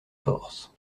force